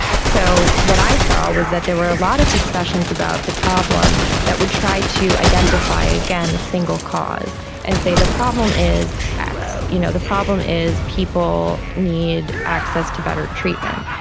so what i saw was that there were a lot of discussions about the problem that would try to identify, again, a single cause and say the problem is x, you know the problem is people need access to better treatment.